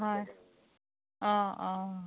হয় অঁ অঁ